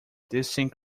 distinct